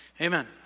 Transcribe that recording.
Amen